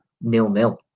nil-nil